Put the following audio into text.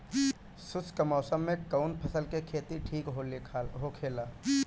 शुष्क मौसम में कउन फसल के खेती ठीक होखेला?